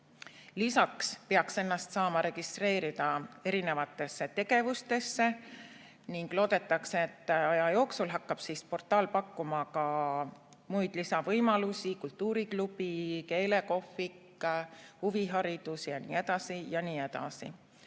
Lisaks peaks ennast saama registreerida erinevatesse tegevustesse. Loodetakse, et aja jooksul hakkab portaal pakkuma lisavõimalusi: kultuuriklubi, keelekohvik, huviharidus jne.